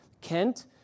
Kent